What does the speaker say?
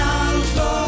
alto